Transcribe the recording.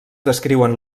descriuen